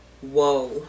Whoa